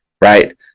Right